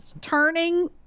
turning